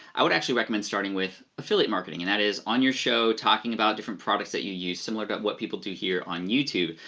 i would actually recommend starting with affiliate marketing and that is on your show, talking about different products that you use, similar to what people do here on youtube.